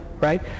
Right